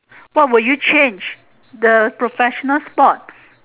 what will you change the professional sport